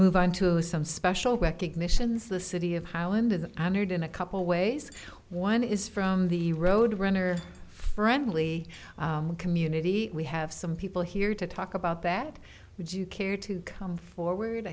move on to some special recognitions the city of highland of the honored in a couple ways one is from the road runner friendly community we have some people here to talk about that would you care to come forward